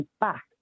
back